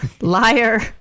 Liar